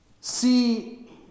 see